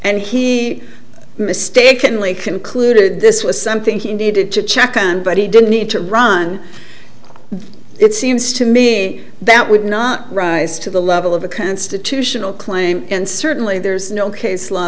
and he mistakenly concluded this was something he needed to check on but he didn't need to run it seems to me that would not rise to the level of a constitutional claim and certainly there's no case law